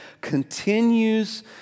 continues